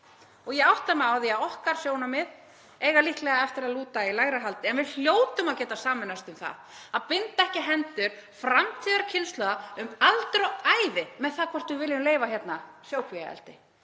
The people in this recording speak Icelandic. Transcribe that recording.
Ég átta mig á því að okkar sjónarmið eiga líklega eftir að lúta í lægra haldi en við hljótum að geta sameinast um það að binda ekki hendur framtíðarkynslóða um aldur og ævi með það hvort við viljum leyfa sjókvíaeldi.